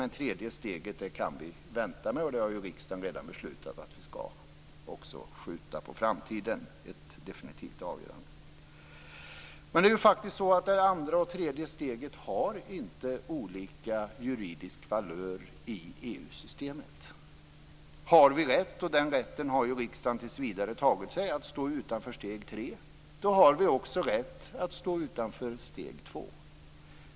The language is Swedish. Däremot kan vi vänta med det tredje steget, och riksdagen har redan fattat beslut om att vi skall skjuta ett definitivt avgörande på framtiden. Men det andra och tredje steget har faktiskt inte olika juridiska valörer i EU-systemet. Har vi rätt - den rätten har ju riksdagen fattat beslut om att vi tills vidare skall ha - att stå utanför steg tre har vi också rätt att stå utanför steg två.